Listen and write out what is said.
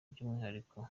by’umwihariko